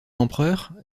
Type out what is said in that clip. l’empereur